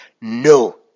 no